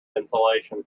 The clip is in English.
insulation